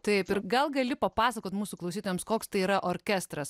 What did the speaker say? taip ir gal gali papasakot mūsų klausytojams koks tai yra orkestras